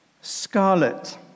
Scarlet